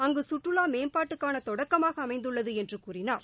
அங்கு கற்றுவா மேம்பாட்டுக்கான தொடக்கமாக அமைந்துள்ளது என்று கூறினார்